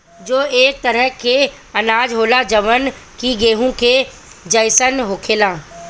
जौ एक तरह के अनाज होला जवन कि गेंहू के जइसन होखेला